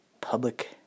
public